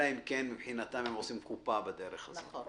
אלא אם כן מבחינתן הן עושות קופה בדרך הזאת.